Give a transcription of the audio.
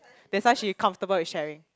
that's why she comfortable with sharing